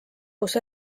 kus